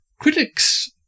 Critics